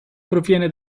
proviene